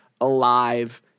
alive